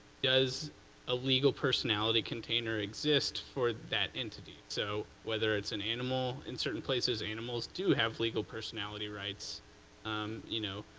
does a legal personality container exist for that entity? so whether it's an animal in certain places. animals do have legal personality rights um you know